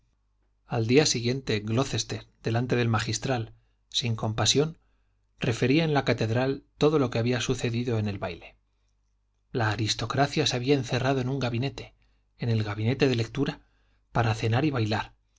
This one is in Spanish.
al día siguiente glocester delante del magistral sin compasión refería en la catedral todo lo que había sucedido en el baile la aristocracia se había encerrado en un gabinete en el gabinete de lectura para